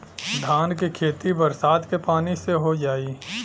धान के खेती बरसात के पानी से हो जाई?